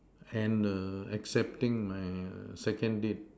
and err accepting my second date